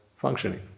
functioning